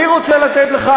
אני רוצה לתת לך,